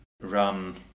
run